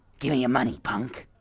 gimme your money, punk